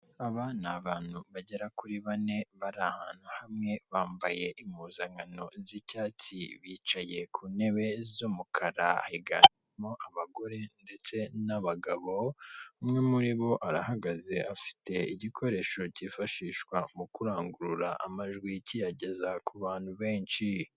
Aba ni abantu bagera kuri bane hamwe bambaye impuzankano z'icyatsi bicaye ku ntebe z'umukara higanjemo abagore ndetse n'abagabo, umwe muri bo arahagaze afite igikoresho cyifashishwa mu kurangurura amajwi kiyageza ku bantu benshi.